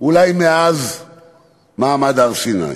אולי מאז מעמד הר-סיני.